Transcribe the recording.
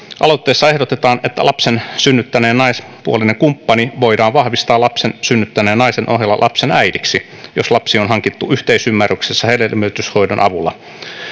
aloitteessa ehdotetaan että lapsen synnyttäneen naispuolinen kumppani voidaan vahvistaa lapsen synnyttäneen naisen ohella lapsen äidiksi jos lapsi on hankittu yhteisymmärryksessä hedelmöityshoidon avulla